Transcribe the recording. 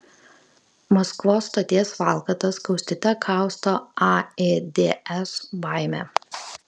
maskvos stoties valkatas kaustyte kausto aids baimė